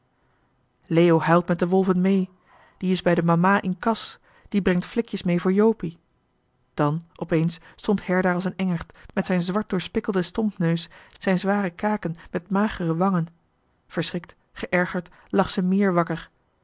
leo huilt met de wolven mee die is bij de màmma in kas die brengt flikjes mee voor jopie dan opeens stond her daar als een engert met zijn zwartdoorspikkelden stompneus zijn zware kaken met magere wangen verschrikt geërgerd lag ze méér wakker